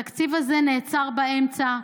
התקציב הזה נעצר באמצע,